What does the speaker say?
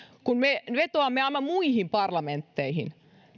kun me me vetoamme aina muihin parlamentteihin